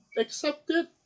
accepted